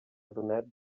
donat